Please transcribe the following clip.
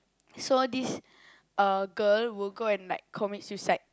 so this uh girl will go and like commit suicide